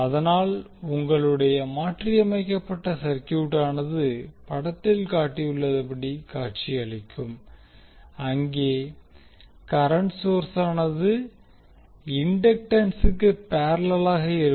அதனால் உங்களுடைய மாற்றியமைக்கப்பட்ட சர்க்யூட்டானது படத்தில் காட்டியுள்ளபடி காட்சியளிக்கும் அங்கே கரண்ட் சோர்ஸானது இண்டக்டன்சுக்கு பேர்லேளாக இருக்கும்